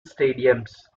stadiums